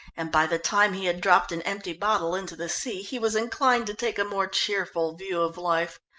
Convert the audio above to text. and by the time he had dropped an empty bottle into the sea, he was inclined to take a more cheerful view of life.